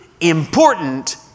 important